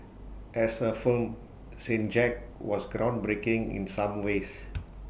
as A film saint Jack was groundbreaking in some ways